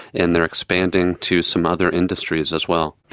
and they are expanding to some other industries as well.